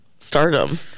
stardom